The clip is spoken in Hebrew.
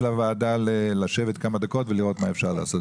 הוועדה כמה דקות ולראות מה אפשר לעשות,